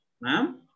ma'am